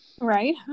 right